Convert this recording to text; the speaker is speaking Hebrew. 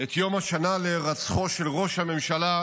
את יום השנה להירצחו של ראש הממשלה,